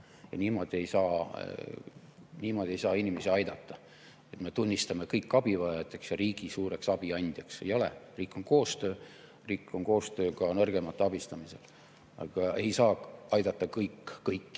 Niimoodi ei saa inimesi aidata, et me tunnistame kõik abivajajateks ja riigi suureks abiandjaks. Ei ole. Riik on koostöö. Riik on koostöö ka nõrgemate abistamisel. Aga ei saa aidata kõik kõiki